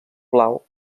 blau